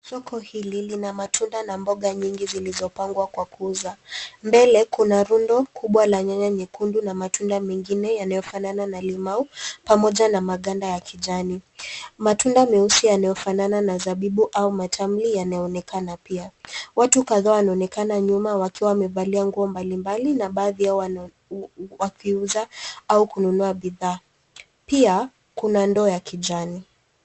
Soko hili lina matunda na mboga nyingi zilizopangwa kwa kuuza. Mbele kuna rundo kubwa la nyanya nyekundu na matunda mengine yanayofanana na limau pamoja na maganda ya kijani. Matunda meusi yanayofanana na zabibu au matamli yanaonekana pia. Watu kadhaa wanaonekana nyuma wakiwa wamevalia nguo mbalimbali na baadhi yao wakiuza au kununua bidhaa. Pia kuna ndoo ya kijani.